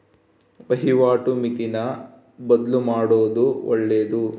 ವಹಿವಾಟು ಮಿತಿನ ಬದ್ಲುಮಾಡೊದು ಒಳ್ಳೆದು